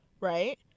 Right